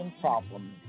problems